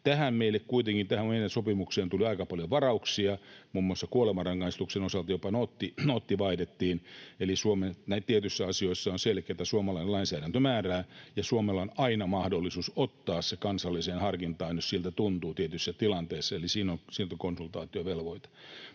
Yhdysvalloilla. Tähän meidän sopimukseen kuitenkin tuli aika paljon varauksia, muun muassa kuolemanrangaistuksen osalta jopa nootti vaihdettiin, eli tietyissä asioissa on selkeätä, että suomalainen lainsäädäntö määrää, ja Suomella on aina mahdollisuus ottaa se kansalliseen harkintaan, jos siltä tuntuu tietyssä tilanteessa, eli siinä on konsultaatiovelvoite.